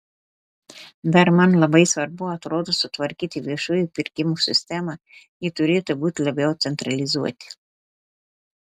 dar man labai svarbu atrodo sutvarkyti viešųjų pirkimų sistemą ji turėtų būti labiau centralizuoti